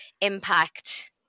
impact